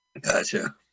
Gotcha